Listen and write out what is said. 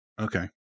Okay